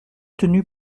tenus